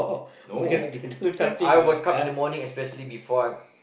no when I wake up in the morning especially before I